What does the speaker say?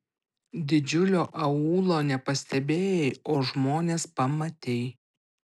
didžiulio aūlo nepastebėjai o žmones pamatei